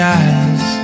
eyes